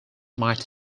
might